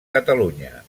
catalunya